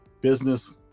business